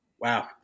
Wow